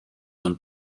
und